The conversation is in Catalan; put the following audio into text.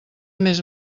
més